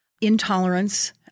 intolerance